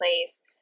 place